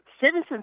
citizens